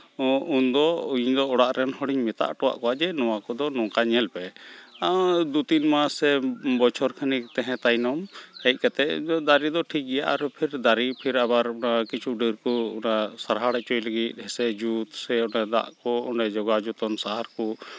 ᱩᱱᱫᱚ ᱤᱧᱫᱚ ᱚᱲᱟᱜ ᱨᱮᱱ ᱦᱚᱲᱤᱧ ᱢᱮᱛᱟ ᱦᱚᱴᱚᱣᱟᱜ ᱠᱚᱣᱟ ᱡᱮ ᱱᱚᱣᱟ ᱠᱚᱫᱚ ᱱᱚᱝᱠᱟ ᱧᱮᱞ ᱯᱮ ᱫᱩ ᱛᱤᱱ ᱢᱟᱥ ᱥᱮ ᱵᱚᱪᱷᱚᱨ ᱠᱷᱟᱱᱮᱠ ᱛᱟᱦᱮᱸ ᱛᱟᱭᱱᱚᱢ ᱦᱮᱡᱽ ᱠᱟᱛᱮᱫ ᱫᱚ ᱫᱟᱨᱮ ᱫᱚ ᱴᱷᱤᱠ ᱜᱮᱭᱟ ᱟᱨ ᱯᱷᱤᱨ ᱫᱟᱨᱮ ᱯᱷᱤᱨ ᱟᱵᱨ ᱠᱤᱪᱷᱩ ᱰᱟᱹᱨ ᱠᱚ ᱚᱱᱟ ᱥᱟᱨᱦᱟᱲ ᱦᱚᱪᱚᱭ ᱞᱟᱹᱜᱤᱫ ᱥᱮ ᱡᱩᱛ ᱥᱮ ᱚᱱᱟ ᱫᱟᱜ ᱠᱚ ᱚᱱᱟ ᱡᱳᱜᱟᱣ ᱡᱚᱛᱚᱱ ᱥᱟᱦᱟᱨ ᱠᱚ